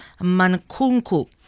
Mankunku